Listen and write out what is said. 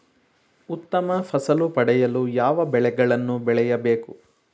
ಉತ್ತಮ ಫಸಲು ಪಡೆಯಲು ಯಾವ ಬೆಳೆಗಳನ್ನು ಬೆಳೆಯಬೇಕು?